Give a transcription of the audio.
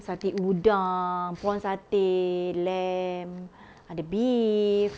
satay udang prawn satay lamb ada beef